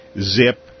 ZIP